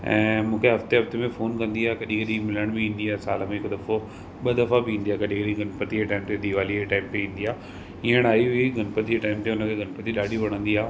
ऐं मूंखे हफ़्ते हफ़्ते में फ़ोन कंदी आहे कॾहिं कॾहिं मिलण बि ईंदी आहे साल में हिकु दफ़ो ॿ दफ़ा बि ईंदी आहे कॾहिं कॾहिं गनपति जे टाईम ते दिवाली जे टाईम ते ईंदी आहे हीअंर आई हुई गनपति जे टाईम ते हुनखे गनपति ॾाढी वणंदी आहे